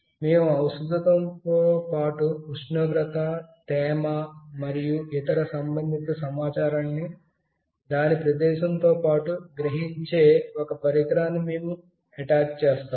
మేము ఔషదము తో పాటు ఉష్ణోగ్రత తేమ మరియు ఇతర సంబంధిత సమాచారాన్ని దాని ప్రదేశం తో పాటు గ్రహించే ఒక పరికరాన్ని మేము అటాచ్ చేస్తాము